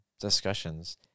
discussions